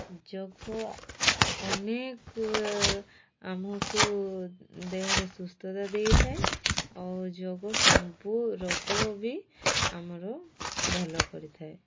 ଯୋଗ ଅନେକ ଆମକୁ ଦେହରେ ସୁସ୍ଥତା ଦେଇଥାଏ ଆଉ ଯୋଗ ସବୁ ରୋଗ ବି ଆମର ଭଲ କରିଥାଏ